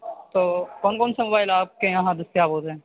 تو کون کون سے موبائل آپ کے یہاں دستیاب ہوتے ہیں